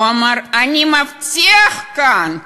הוא אמר: אני מבטיח כאן.